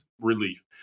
relief